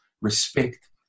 respect